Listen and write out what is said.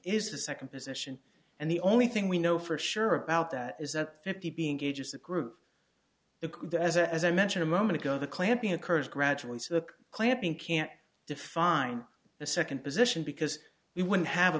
is the second position and the only thing we know for sure about that is that fifty being gauges the groove the as i mentioned a moment ago the clamping occurs gradually so the clamping can't define the second position because we wouldn't have a